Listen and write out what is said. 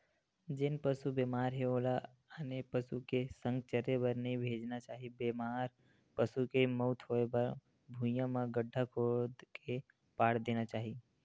जेन पसु बेमार हे ओला आने पसु के संघ चरे बर नइ भेजना चाही, बेमार पसु के मउत होय म भुइँया म गड्ढ़ा कोड़ के पाट देना चाही